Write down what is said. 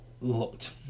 looked